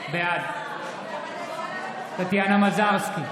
בעד טטיאנה מזרסקי,